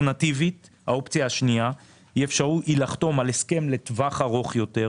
האופציה השנייה היא לחתום על הסכם לטווח ארוך יותר,